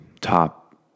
top